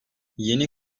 yeni